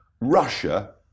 Russia